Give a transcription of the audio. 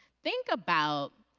think about